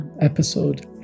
episode